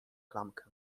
klamkę